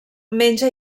menja